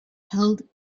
held